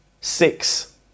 Six